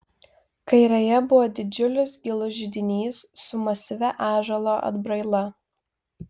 kairėje buvo didžiulis gilus židinys su masyvia ąžuolo atbraila